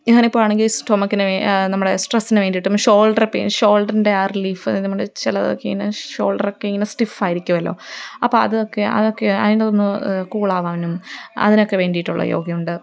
ഇങ്ങനെ ഇപ്പോഴാണെങ്കില് സ്റ്റൊമക്കിനു നമ്മുടെ സ്ട്രെസ്സിനു വേണ്ടിയിട്ടും ഷോൾഡർ ഷോൾഡറിൻ്റെ ആ റീലീഫ് നമ്മുടെ ചിലവര്ക്കിങ്ങനെ ഷോൾഡറൊക്കെ ഇങ്ങനെ സ്റ്റിഫായിരിക്കുമല്ലോ അപ്പോള് അതൊക്കെ അതൊക്കെ അതിന്റെ ഒന്ന് കൂളാവാനും അതിനൊക്കെ വേണ്ടിയിട്ടുള്ള യോഗയുണ്ട്